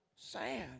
sand